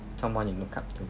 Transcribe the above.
someone you look up to